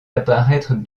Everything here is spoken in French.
apparaître